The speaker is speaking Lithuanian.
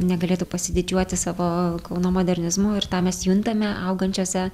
negalėtų pasididžiuoti savo kauno modernizmu ir tą mes juntame augančiose